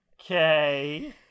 Okay